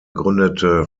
gründete